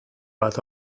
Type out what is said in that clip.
bat